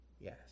Yes